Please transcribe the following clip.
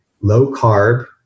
low-carb